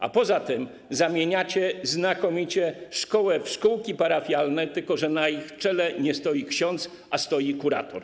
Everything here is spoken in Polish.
A poza tym zamieniacie znakomicie szkoły w szkółki parafialne, tylko że na ich czele nie stoi ksiądz, a stoi kurator.